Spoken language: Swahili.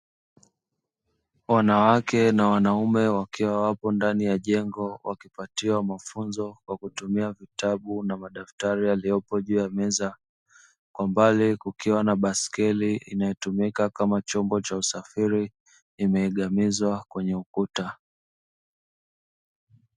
Wanawake na wanaume, wakiwa wapo ndani ya jengo wakipatiwa mafunzo kwa kutumia vitabu na madaftari, yaliyopo juu ya meza kwa mbali kukiwa na baiskeli inayotumika kama chombo cha usafiri imegamizwa kwenye ukuta.